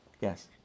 yes